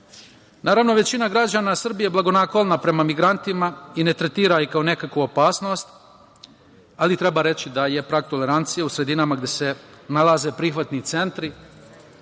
potrebna. Naravno, većina građana Srbije je blagonaklona prema migrantima i ne tretira ih kao nekakvu opasnost, ali treba reći da je prag tolerancije u sredinama gde se nalaze prihvatni centri,